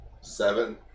Seven